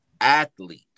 athlete